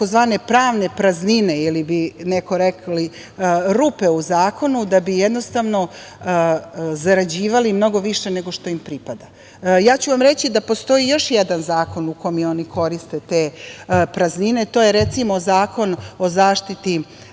mnoge tzv. pravne praznine ili bi neko rekao rupe u zakonu da bi jednostavno zarađivali mnogo više nego što im pripada. Ja ću vam reći da postoji još jedan zakon u kome oni koriste te praznine. To je, recimo, Zakon o zaštiti